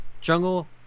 jungle